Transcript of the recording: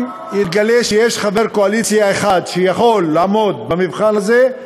אם יתגלה שיש חבר קואליציה אחד שיכול לעמוד במבחן הזה,